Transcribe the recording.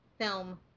film